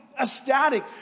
ecstatic